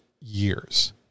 years